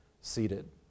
seated